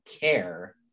care